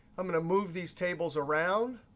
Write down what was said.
i'm going to move these tables around.